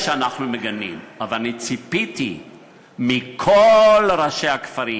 מגנים, אבל אני ציפיתי מכל ראשי הכפרים,